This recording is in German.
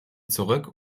zurück